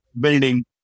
building